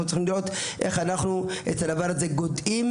אנחנו צריכים לראות איך אנחנו גודעים את הדבר הזה באיבו.